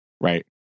Right